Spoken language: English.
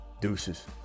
Deuces